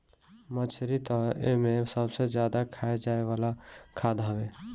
मछरी तअ एमे सबसे ज्यादा खाए जाए वाला खाद्य हवे